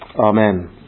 Amen